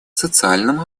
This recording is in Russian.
социальном